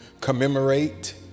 commemorate